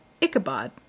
ichabod